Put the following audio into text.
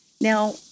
Now